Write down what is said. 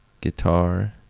guitar